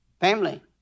Family